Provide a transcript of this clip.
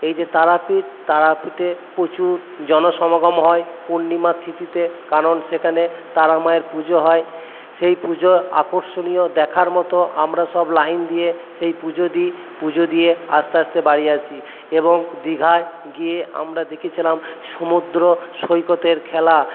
এই যে তারাপীট তারাপীঠে প্রচুর জনসমাগম হয় পূর্ণিমা থিতিতে কারণ সেখানে তারামায়ের পুজো হয় সেই পুজো আকর্ষণীয় দেখার মতো আমরা সব লাইন দিয়ে সেই পুজো দি পুজো দিয়ে আসতে আসতে বাড়ি আসি এবং দীঘায় গিয়ে আমরা দেখেছিলাম সমুদ্র সৈকতের খেলা